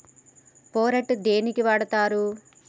Phorate దేనికి వాడుతరు?